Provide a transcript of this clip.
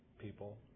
People